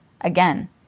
again